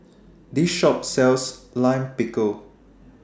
This Shop sells Lime Pickle